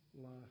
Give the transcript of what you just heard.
life